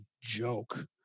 joke